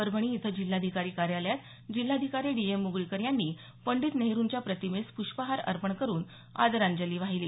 परभणी इथं जिल्हाधिकारी कार्यालयात जिल्हाधिकारी डी एम मुगळीकर यांनी पंडित नेहरूंच्या प्रतिमेस प्ष्पहार अर्पण करून आदरांजली वाहिली